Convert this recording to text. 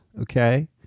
okay